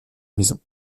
maison